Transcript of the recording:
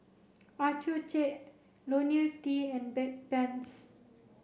Accucheck Ionil T and Bedpans